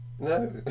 No